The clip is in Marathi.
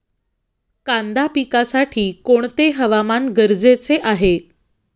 कांदा पिकासाठी कोणते हवामान गरजेचे आहे?